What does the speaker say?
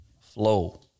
Flow